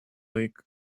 lake